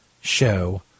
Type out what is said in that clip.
show